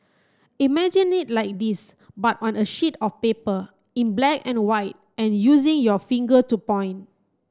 imagine it like this but on a sheet of paper in black and white and using your finger to point